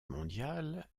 mondial